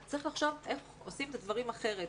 צריך לחשוב איך עושים את הדברים אחרת.